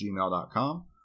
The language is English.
gmail.com